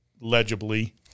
legibly